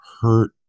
hurt